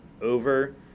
over